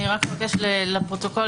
אני רק אבקש לציין לפרוטוקול,